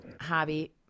hobby